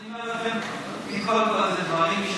אז אני אומר לכם, עם כל הכבוד, אלה דברים ישנים,